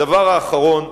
הדבר האחרון,